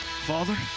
Father